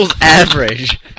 average